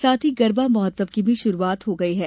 साथ ही गरबा महोत्सव की भी शुरूआत हो गई है